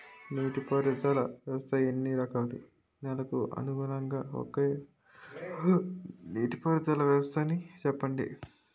నీటి పారుదల వ్యవస్థలు ఎన్ని రకాలు? నెలకు అనుగుణంగా ఒక్కో నీటిపారుదల వ్వస్థ నీ చెప్పండి?